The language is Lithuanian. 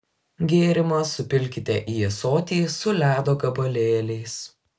gėrimą supilkite į ąsotį su ledo gabalėliais